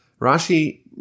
Rashi